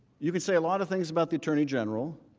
you can say a lot of things about the attorney general,